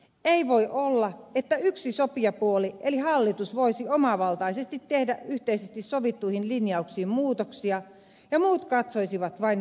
ei voi olla että yksi sopijapuoli eli hallitus voi omavaltaisesti tehdä yhteisesti sovittuihin linjauksiin muutoksia ja muut katsoisivat vain vierestä